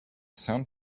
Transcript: sound